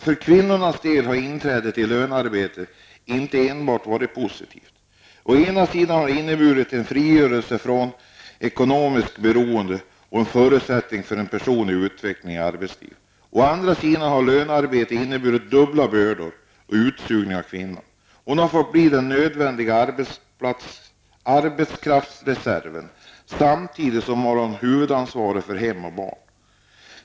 För kvinnornas del har inträdandet i lönearbetet inte enbart varit positivt. Å ena sidan har det inneburit en frigörelse från ekonomiskt beroende och förutsättningar för en personlig utveckling i arbetslivet. Å andra sidan har lönearbetet inneburit dubbla bördar och utsugning av kvinnan. Hon har fått bli den nödvändiga arbetskraftsreserven, samtidigt som hon har huvudansvaret för hem och barn.